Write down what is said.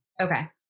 Okay